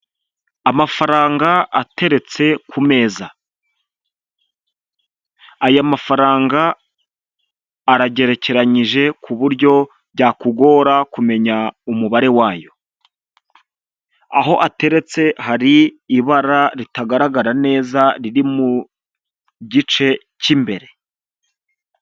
Amafaranga ateretse ku meza, aya mafaranga aragerekeranyije ku buryo byakugora kumenya umubare wayo, aho ateretse hari ibara ritagaragara neza riri mu gice cy'imbere.